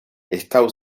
staut